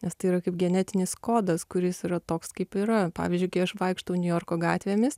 nes tai yra kaip genetinis kodas kuris yra toks kaip yra pavyzdžiui kai aš vaikštau niujorko gatvėmis